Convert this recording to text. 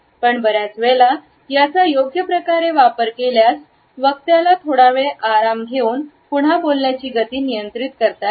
पण बऱ्याच वेळेला याचा योग्य प्रकारे वापर केल्यास वक्त्याला थोडावेळ आराम देऊन पुन्हा बोलण्याची गती नियंत्रित करतात